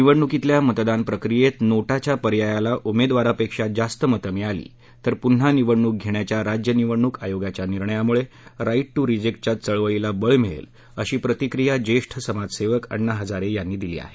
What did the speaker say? निवडणूकीतल्या मतदान प्रक्रियेत नोटा च्या पर्यायाला उमेदवारांपेक्षा जास्त मतं मिळाली तर पुन्हा निवडणूक घेण्याच्या राज्य निवडणूक आयोगाच्या निर्णयामुळे राईट टू रिजेक्ट च्या चळवळीला बळ मिळेल अशी प्रतिक्रिया ज्येष्ठ समाजसेवक अण्णा हजारे यांनी दिली आहे